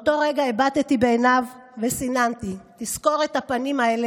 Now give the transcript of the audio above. באותו הרגע הבטתי בעיניו וסיננתי: תזכור את הפנים האלה,